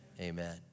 Amen